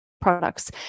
products